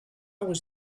was